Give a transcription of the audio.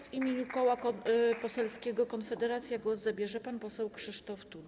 W imieniu Koła Poselskiego Konfederacja głos zabierze pan poseł Krzysztof Tuduj.